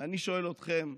ואני שואל אתכם: